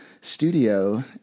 studio